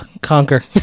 Conquer